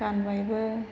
गानबायबो